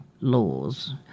laws